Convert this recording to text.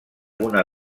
una